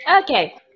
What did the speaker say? Okay